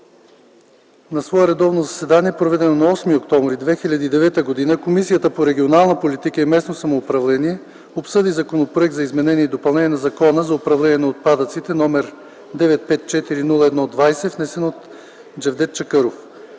„На свое редовно заседание, проведено на 8 октомври 2009 г., Комисията по регионална политика и местно самоуправление обсъди Законопроект за изменение и допълнение на Закона за управление на отпадъците № 954-01-20, внесен от Джевдет Чакъров.